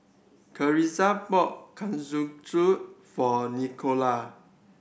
Carisa bought Kalguksu for Nikolai